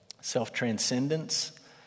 self-transcendence